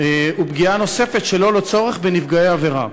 ופגיעה נוספת, שלא לצורך, בנפגעי העבירה.